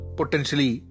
potentially